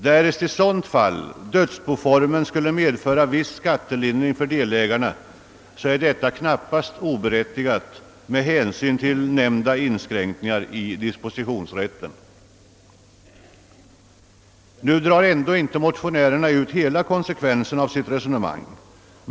Därest i sådana fall dödsboformen medför viss skattelindring för delägarna är detta knappast oberättigat med hänsyn till nämnda inskränkningar i dispositionsrätten.» Motionärerna drar ändå inte ut hela konsekvensen av sitt resonemang.